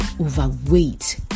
overweight